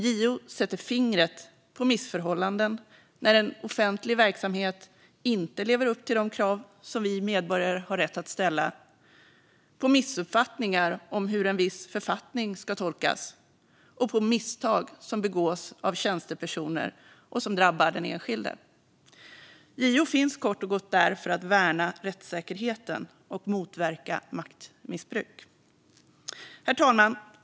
JO sätter fingret på missförhållanden när en offentlig verksamhet inte lever upp till de krav som vi medborgare har rätt att ställa, på missuppfattningar om hur en viss författning ska tolkas samt på misstag som begås av tjänstepersoner och som drabbar den enskilde. JO finns kort och gott där för att värna rättssäkerheten och motverka maktmissbruk. Herr talman!